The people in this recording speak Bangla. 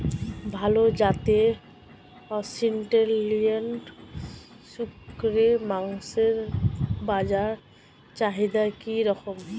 ভাল জাতের অস্ট্রেলিয়ান শূকরের মাংসের বাজার চাহিদা কি রকম?